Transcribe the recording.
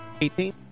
Eighteen